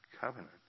covenant